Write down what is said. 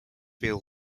feel